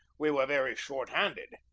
we were very short-handed,